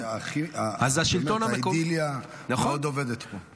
זה השלטון המקומי --- האידיליה מאוד עובדת פה.